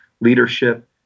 leadership